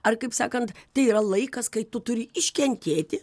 ar kaip sakant tai yra laikas kai tu turi iškentėti